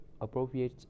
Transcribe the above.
appropriate